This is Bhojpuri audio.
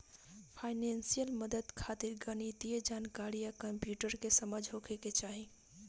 फाइनेंसियल मदद खातिर गणितीय जानकारी आ कंप्यूटर के समझ होखे के चाही